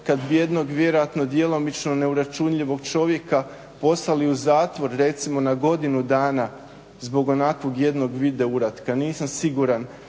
kad bi jednog vjerojatno djelomično neuračunljivog čovjeka poslali u zatvor recimo na godinu dana zbog onakvog jednog video uratka. Nisam siguran